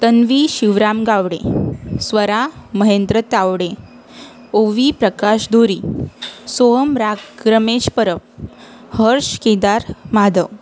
तन्वी शिवराम गावडे स्वरा महेंद्र तावडे ओवी प्रकाश धुरी सोहम राक रमेश परब हर्ष केदार मादव